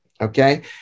Okay